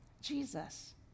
Jesus